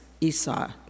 Esau